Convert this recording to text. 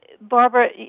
Barbara